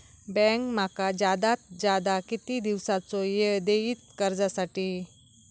Bank माका जादात जादा किती दिवसाचो येळ देयीत कर्जासाठी?